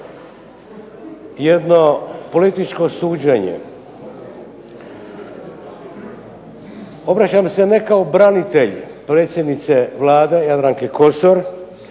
svaka vam